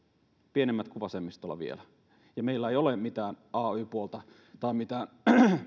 pienemmät kuin vasemmistolla meillä ei ole mitään ay puolta tai mitään